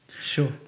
Sure